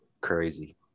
Crazy